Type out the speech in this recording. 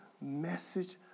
message